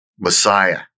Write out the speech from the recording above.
Messiah